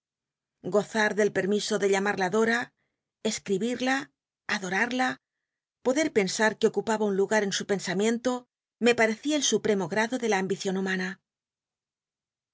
gozar del permiso de llamada dora escribirla adorarla poder pensar que ocopaba un lugar en su pensamiento me parccia el stll l'emo grado de la ambicion humana